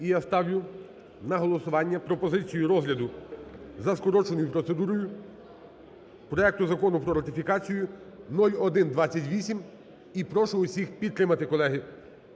І я ставлю на голосування пропозицію розгляду за скороченою процедурою проекту Закону про ратифікацію 0128, і прошу всіх підтримати, колеги.